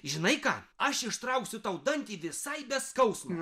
žinai ką aš ištrauksiu tau dantį visai be skausmo